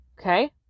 Okay